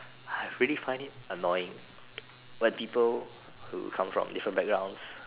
I really find it annoying when people who come from different backgrounds